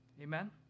Amen